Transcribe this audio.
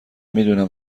میدونم